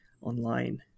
online